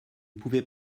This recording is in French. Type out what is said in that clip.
pouvez